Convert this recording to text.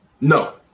no